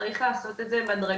צריך לעשות את זה בהדרגתיות,